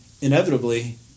inevitably